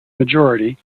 majority